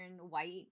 white